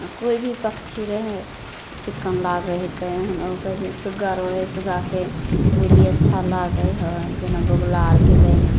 कोइ भी पक्षी रहै चिक्कन लागै हिके हमरा उधर सुग्गा रहै सुग्गाके बोली अच्छा लागै हइ जेना बोगुला आर भेलनि